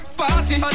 party